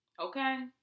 Okay